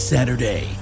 Saturday